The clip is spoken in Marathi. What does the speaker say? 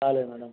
चालेल मॅडम